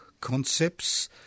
concepts